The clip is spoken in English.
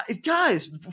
guys